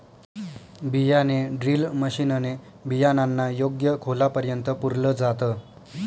बियाणे drill machine ने बियाणांना योग्य खोलापर्यंत पुरल जात